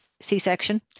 C-section